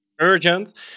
urgent